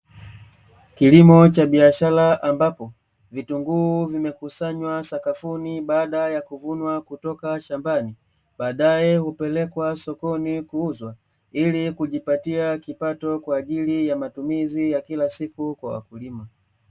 Kilimo cha biashara, ambapo vitunguu vimekusanywa sakafuni baada ya kuvunwa kutoka shambani, baadae hupelekwa sokoni kuuzwa ili kujipatia kipato kwa ajili ya matumizi ya kila siku kwa wakulima.